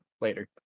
later